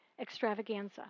extravaganza